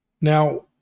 now